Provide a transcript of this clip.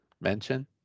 mention